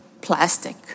plastic